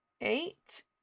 eight